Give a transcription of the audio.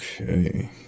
okay